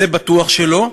זה בטוח שלא,